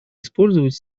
использовать